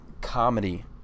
comedy